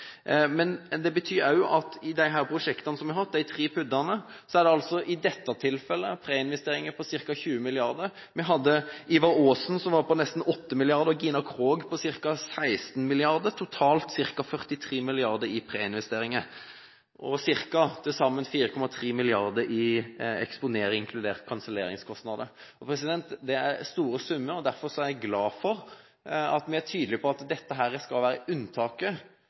Det betyr også at i disse tre prosjektene – PUD-ene – vi har hatt, er det i dette tilfellet preinvesteringer på ca. 20 mrd. kr. Vi hadde Ivar Aasen-feltet som var på ca. 8 mrd. kr, og vi hadde Gina Krog-feltet på ca. 16 mrd. kr – totalt ca. 43 mrd. kr i preinvesteringer. Vi hadde også til sammen ca. 4,3 mrd. kr i eksponering, inkludert kanselleringskostnader. Det er store summer, og derfor er jeg glad for at vi er tydelige på at dette skal være unntaket.